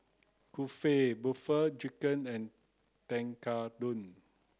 Kulfi Butter Chicken and Tekkadon